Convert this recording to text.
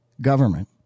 government